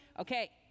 okay